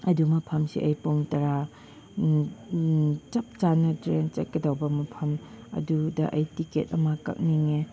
ꯑꯗꯨ ꯃꯐꯝꯁꯤ ꯑꯩ ꯄꯨꯡ ꯇꯔꯥ ꯆꯞ ꯆꯥꯅ ꯇ꯭ꯔꯦꯟ ꯆꯠꯀꯗꯕ ꯃꯐꯝ ꯑꯗꯨꯗ ꯑꯩ ꯇꯤꯛꯀꯦꯠ ꯑꯃ ꯀꯛꯅꯤꯡꯉꯦ